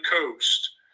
coast